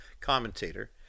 commentator